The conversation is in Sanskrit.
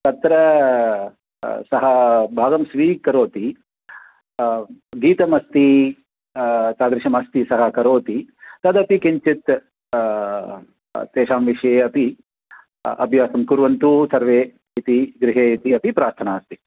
तत्र सः भागं स्वीकरोति गीतमस्ति तादृशमस्ति सः करोति तदपि किञ्चित् तेषां विषये अपि अभ्यासं कुर्वन्तु सर्वे इति गृहे इति अपि प्रार्थना अस्ति